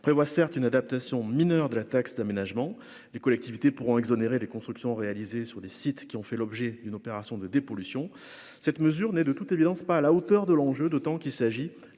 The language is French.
prévoit certes une adaptation mineure de la taxe d'aménagement, les collectivités pourront exonérer les constructions réalisées sur les sites qui ont fait l'objet d'une opération de dépollution, cette mesure n'est de toute évidence pas à la hauteur de l'enjeu, d'autant qu'il s'agit